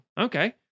okay